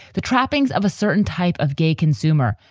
the trappings of a certain type of gay consumer,